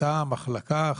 אותה מחלקה,